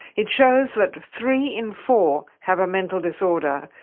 it shows that three in four have a mental disorder,